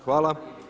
Hvala.